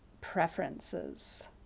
Preferences